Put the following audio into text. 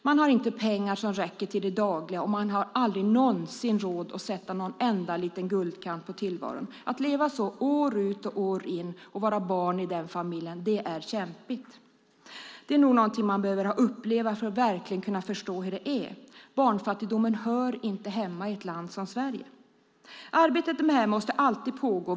Man har inte pengar som räcker till det dagliga, och man har aldrig någonsin råd att sätta någon enda liten guldkant på tillvaron. Att leva så år ut och år in och vara barn i en sådan familj är kämpligt. Det är nog något man behöver uppleva för att verkligen kunna förstå hur det är. Barnfattigdomen hör inte hemma i ett land som Sverige. Arbetet med detta måste alltid pågå.